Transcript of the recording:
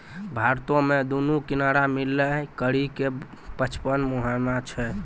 भारतो मे दुनू किनारा मिलाय करि के पचपन मुहाना छै